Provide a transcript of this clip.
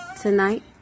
tonight